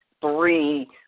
three